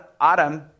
Adam